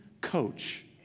coach